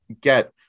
get